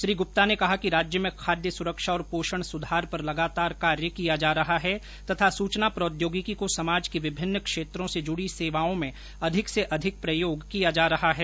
श्री गुप्ता ने कहा कि राज्य में खाद्य सुरक्षा और पोषण सुधार पर लगातार कार्य किया जा रहा है तथा सूचना प्रॉद्योगिकी को समाज की विभिन्न क्षेत्रों से जुड़ी सेवाओं में अधिक से अधिक प्रयोग किया जा रहा है